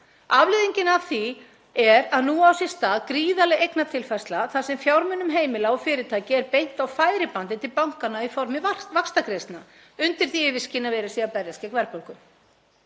Afleiðingin af því er að nú á sér stað gríðarleg eignatilfærsla þar sem fjármunum heimila og fyrirtækja er beint á færibandi til bankanna í formi vaxtagreiðslna undir því yfirskini að verið sé að berjast gegn verðbólgu.